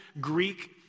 Greek